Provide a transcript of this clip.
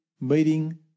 meeting